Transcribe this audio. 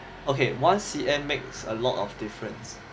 okay one C_M and makes a lot of difference